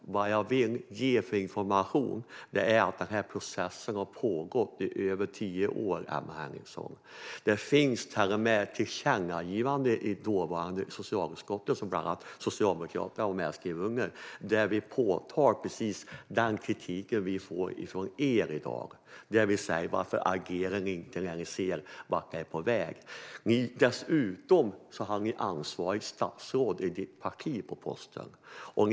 Men det jag vill säga är att processen har pågått i över tio år. Det finns till och med ett tillkännagivande från socialutskottet som bland andra Socialdemokraterna var med och skrev under, där vi framförde precis den kritik som vi i dag får av er. Vi frågade: Varför agerar ni inte när ni ser vart det är på väg? Dessutom hörde ansvarigt statsråd till ditt parti, Emma Henriksson.